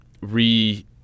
re